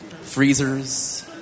freezers